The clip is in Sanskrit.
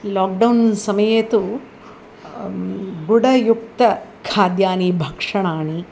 लोक्डौन् समये तु गुडयुक्त खाद्यानि भक्षणानि